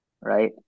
right